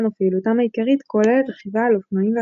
ופעילותם העיקרית כוללת רכיבה על אופנועים ואחזקתם.